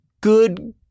good